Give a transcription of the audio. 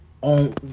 on